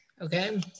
Okay